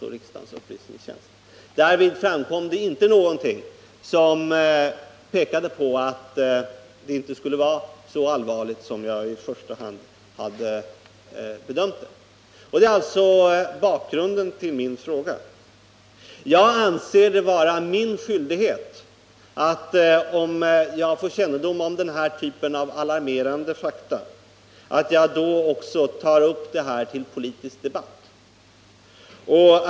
Därvid framkom inte någonting som pekade på att det inträffade inte skulle vara så allvarligt som jag i första hand hade bedömt det. Detta är alltså bakgrunden till min fråga. Jag anser det vara min skyldighet att, om jag får kännedom om den här typen av alarmerande fakta, då också ta upp dem till politisk debatt.